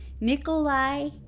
Nikolai